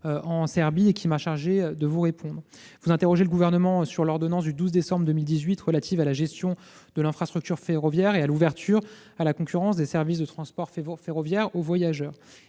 en Serbie et qui m'a chargé de vous répondre. Vous interrogez le Gouvernement sur l'ordonnance du 12 décembre 2018 relative à la gestion de l'infrastructure ferroviaire et à l'ouverture à la concurrence des services de transport ferroviaire de voyageurs.